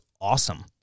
awesome